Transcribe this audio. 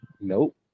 Nope